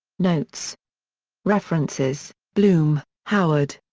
notes references blum, howard.